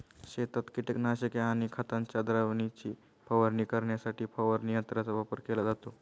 शेतात कीटकनाशके आणि खतांच्या द्रावणाची फवारणी करण्यासाठी फवारणी यंत्रांचा वापर केला जातो